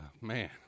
man